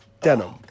denim